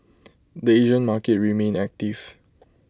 the Asian market remained active